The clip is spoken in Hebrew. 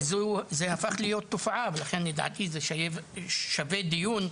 וזה הפך להיות תופעה ולכן לדעתי זה שווה דיון,